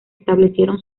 establecieron